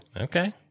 Okay